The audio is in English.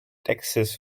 texas